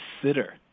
consider